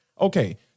okay